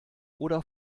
oder